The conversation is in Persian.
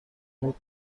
بود